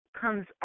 comes